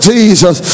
Jesus